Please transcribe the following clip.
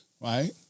right